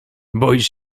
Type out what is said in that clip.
boisz